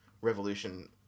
revolution